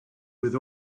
with